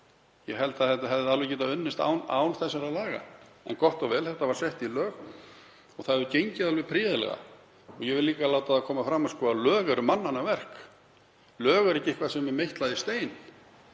Ég held að þetta hefði alveg getað unnist án þessara laga. En gott og vel, þetta var sett í lög og það hefur gengið alveg prýðilega. Ég vil líka láta það koma fram að lög eru mannanna verk, lög eru ekki eitthvað sem er meitlað í stein.